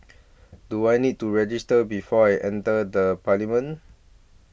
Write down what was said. do I need to register before I enter the parliament